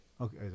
Okay